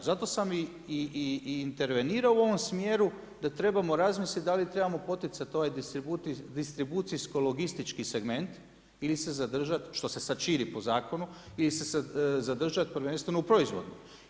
Zato sam i intervenirao u ovom smjeru da trebamo razmisliti da li trebamo poticati ovaj distribucijsko logistički segment ili se zadržat, što se sada širi po zakonu, ili se zadržati prvenstveno u proizvodu.